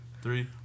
three